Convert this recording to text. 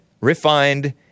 refined